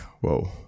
whoa